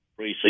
Preseason